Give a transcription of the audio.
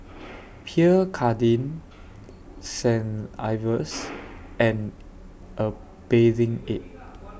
Pierre Cardin Saint Ives and A Bathing Ape